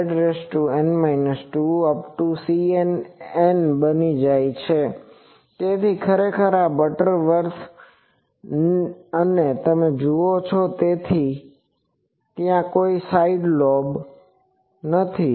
CNN બની જાય છે તેથી આ ખરેખર બટરવર્થ છે અને તમે જુઓ છો તેથી જ ત્યાં કોઈ સાઇડ લોબ્સ નથી